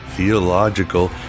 Theological